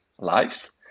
Lives